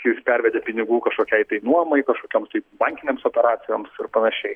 jis pervedė pinigų kažkokiai tai nuomai kažkokiom tai bankinėms operacijoms ir panašiai